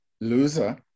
loser